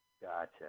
Gotcha